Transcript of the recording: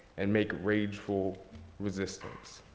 and make rageful resistance.